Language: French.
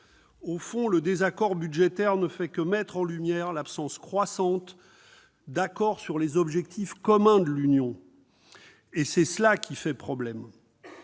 Au fond, le désaccord budgétaire ne fait que mettre en lumière l'absence croissante d'accord sur les objectifs communs de l'Union, et c'est ce qui fait problème.